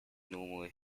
normal